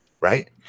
right